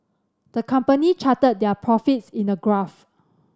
the company charted their profits in a graph